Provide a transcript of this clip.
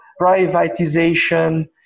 privatization